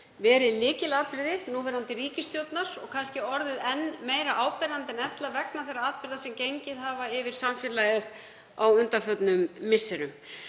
verið lykilatriði núverandi ríkisstjórnar og kannski orðið enn meira áberandi en ella vegna þeirra atburða sem gengið hafa yfir samfélagið á undanförnum misserum.